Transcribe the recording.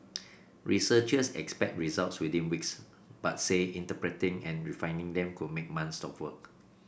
researchers expect results within weeks but say interpreting and refining them could make months of work